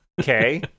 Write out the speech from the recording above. Okay